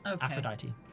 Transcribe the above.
Aphrodite